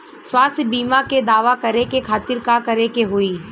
स्वास्थ्य बीमा के दावा करे के खातिर का करे के होई?